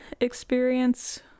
experience